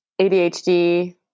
ADHD